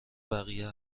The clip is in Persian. بقیه